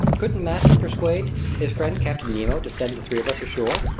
couldn't master persuade his friend captain nemo to send the three of us ashore,